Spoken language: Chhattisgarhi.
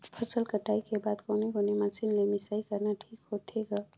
फसल कटाई के बाद कोने कोने मशीन ले मिसाई करना ठीक होथे ग?